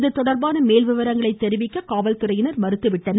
இதுதொடர்பான மேல்விவரங்களை தெரிவிக்க காவல்துறையினர் மறுத்துவிட்டனர்